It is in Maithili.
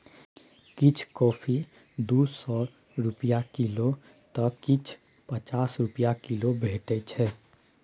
किछ कॉफी दु सय रुपा किलौ तए किछ पचास रुपा किलो भेटै छै